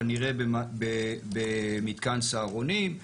כנראה במתקן סהרונים.